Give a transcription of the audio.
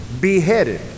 beheaded